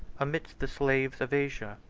amidst the slaves of asia,